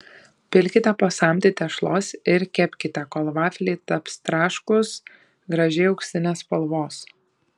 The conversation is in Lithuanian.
pilkite po samtį tešlos ir kepkite kol vafliai taps traškūs gražiai auksinės spalvos